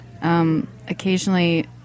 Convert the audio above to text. Occasionally